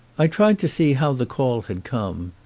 i tried to see how the call had come.